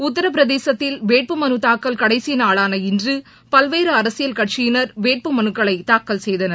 உத்தரபிரதேசத்தில் வேட்பு மனு தூக்கல் கடைசி நாளான இன்று பல்வேறு அரசியல் கட்சியினர் வேட்பு மனுக்களை தாக்கல் செய்தனர்